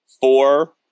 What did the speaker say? four